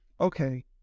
Okay